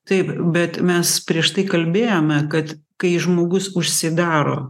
taip bet mes prieš tai kalbėjome kad kai žmogus užsidaro